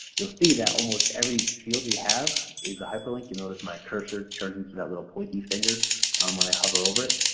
you'll see that almost every field we have is a hyperlink, you notice my cursor turns into that little pointy finger um when i hover over it.